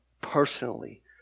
personally